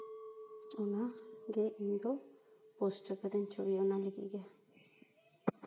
ᱤᱧᱢᱟ ᱚᱱᱟ ᱜᱮ ᱤᱧ ᱫᱚ ᱯᱳᱥᱴ ᱠᱟ ᱫᱟ ᱧ ᱪᱷᱚᱵᱤ ᱚᱱᱟ ᱞᱟᱹᱜᱤᱫ ᱜᱮ